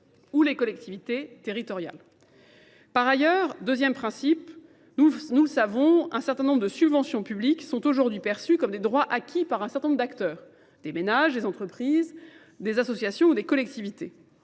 ou les collectivités territoriales. Par ailleurs, deuxième principe, nous le savons, un certain nombre de subventions publiques sont aujourd'hui perçues comme des droits acquis par un certain nombre d'acteurs, des ménages, des entreprises, des associations ou des collectivités.